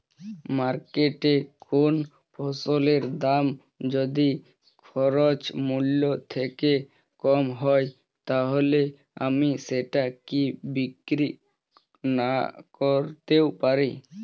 মার্কেটৈ কোন ফসলের দাম যদি খরচ মূল্য থেকে কম হয় তাহলে আমি সেটা কি বিক্রি নাকরতেও পারি?